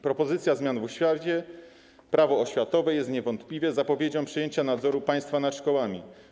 Propozycja zmian w oświacie, Prawo oświatowe, jest niewątpliwie zapowiedzią przejęcia nadzoru państwa nad szkołami.